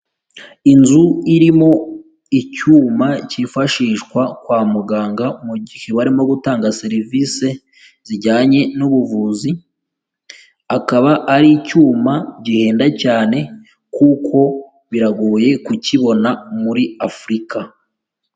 Inzu irimo icyuma cyifashishwa kwa muganga mu gihe baririmo gutanga serivisi zijyanye n'ubuvuzi, akaba ari icyuma gihenda cyane kuko biragoye kukibona muri Afurika.